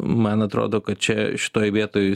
man atrodo kad čia šitoj vietoj